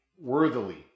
worthily